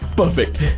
perfect!